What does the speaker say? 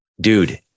dude